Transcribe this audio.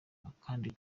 akandi